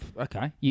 Okay